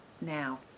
now